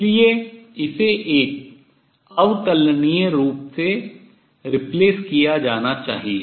इसलिए इसे एक अवकलनीय रूप से replace प्रतिस्थापित किया जाना चाहिए